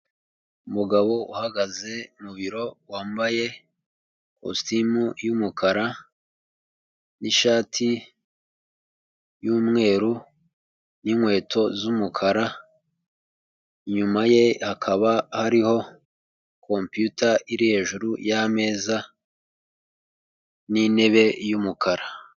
Umugabo uhagaze mu biro wambaye kositimu y'umukara n'ishati y'umweru n'inkweto z'umukara, inyuma ye hakaba hariho kompiyuta iri hejuru yameza n'intebe y'umukara.